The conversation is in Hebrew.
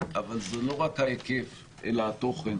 אבל זה לא רק ההיקף, אלא גם התוכן.